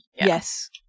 Yes